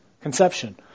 conception